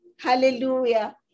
Hallelujah